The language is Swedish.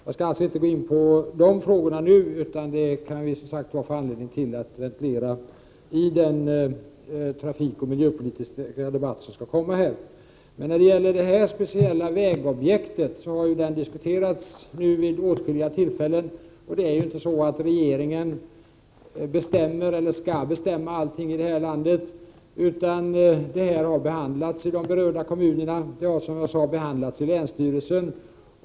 Jag skall inte gå in på de frågorna nu — vi får som sagt anledning att ventilera dem i den trafikoch miljöpolitiska debatt som skall äga rum här. Det speciella vägobjekt som tagits upp i frågan har diskuterats vid åtskilliga tillfällen. Det är ju inte så att regeringen bestämmer eller skall bestämma allting i det här landet, utan detta projekt har behandlats i de berörda kommunerna och, som jag sade i svaret, i länsstyrelsen.